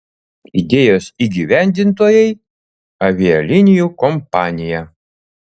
idėjos įgyvendintojai avialinijų kompanija